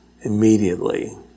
immediately